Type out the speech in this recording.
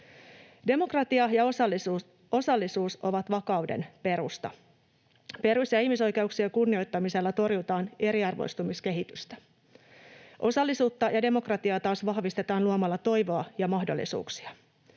Demokratia ja osallisuus ovat vakauden perusta. Perus- ja ihmisoikeuksien kunnioittamisella torjutaan eriarvoistumiskehitystä. Osallisuutta ja demokratiaa taas vahvistetaan luomalla toivoa ja mahdollisuuksia.